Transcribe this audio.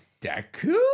Deku